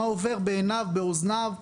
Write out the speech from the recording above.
מה עובר בעיניו ובאוזניו,